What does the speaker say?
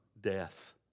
death